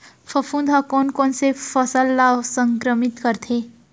फफूंद ह कोन कोन से फसल ल संक्रमित करथे?